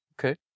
Okay